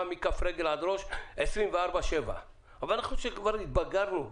מכף רגל עד ראש 24/7 אבל כבר התבגרנו,